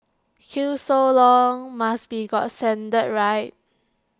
queue so long must be got standard right